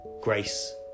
Grace